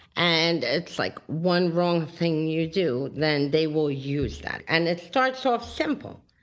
and it's like one wrong thing you do, then they will use that. and it starts off simple.